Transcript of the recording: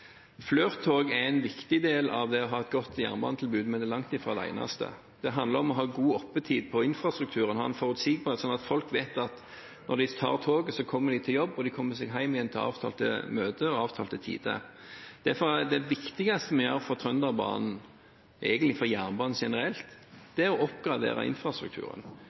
Flirt-tog er en viktig del av det å ha et godt jernbanetilbud, men det er langt fra det eneste. Det handler om å ha god oppetid på infrastruktur, ha en forutsigbarhet sånn at folk vet at når de tar toget, så kommer de på jobb, og de kommer seg hjem igjen til avtalt tid. Derfor er det viktigste vi gjør for Trønderbanen – egentlig for jernbanen generelt – å oppgradere infrastrukturen.